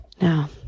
Now